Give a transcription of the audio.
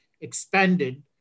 expanded